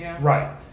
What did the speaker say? Right